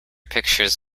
pictures